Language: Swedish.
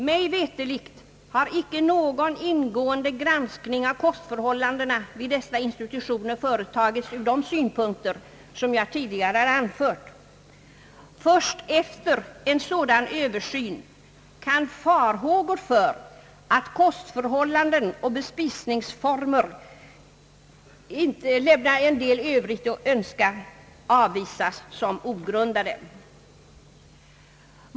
Mig veterligt har icke någon ingående granskning av kostförhållandena vid dessa institutioner företagits ur de synpunkter som jag tidigare anfört. Först efter en sådan översyn kan farhågor för att kostförhållanden och bespisningsformer kan lämna en del övrigt att önska avvisas som ogrundade.